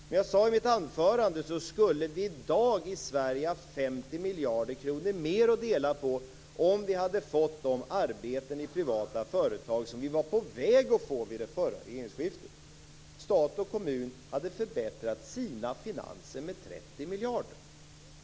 Som jag sade i mitt anförande skulle vi i dag i Sverige ha 50 miljarder kronor mer att dela på om vi hade fått de arbeten i privata företag som vi var på väg att få vid det förra regeringsskiftet. Stat och kommun hade förbättrat sina finanser med 30 miljarder.